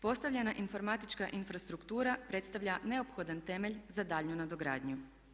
Postavljena informatička infrastruktura predstavlja neophodan temelj za daljnju nadogradnju.